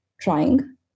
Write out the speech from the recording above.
trying